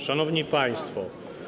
Szanowni Państwo!